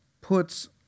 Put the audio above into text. puts